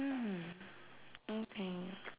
hmm okay